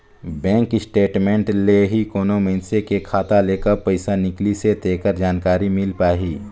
bank statement ले ही कोनो मइनसे के खाता ले कब पइसा निकलिसे तेखर जानकारी मिल पाही